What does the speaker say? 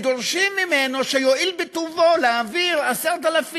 ודורשים ממנו שיואיל בטובו להעביר 10,000